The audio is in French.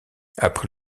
après